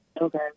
Okay